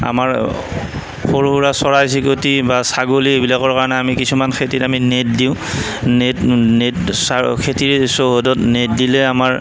আমাৰ সৰু সুৰা চৰাই চিৰিকটি বা ছাগলী এইবিলাকৰ কাৰণে আমি কিছুমান খেতিত আমি নেট দিওঁ নেট নেট চা খেতিৰ চৌহদত নেট দিলে আমাৰ